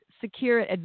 secure